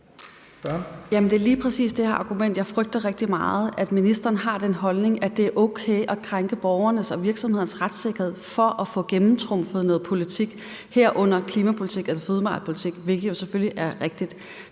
det er lige præcis det her argument, jeg frygter rigtig meget, nemlig at ministeren har den holdning, at det er okay at krænke borgernes og virksomhedernes retssikkerhed for at gennemtrumfe noget politik, herunder klimapolitik, altså fødevarepolitik, hvilket jo selvfølgelig er rigtigt.